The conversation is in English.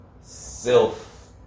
self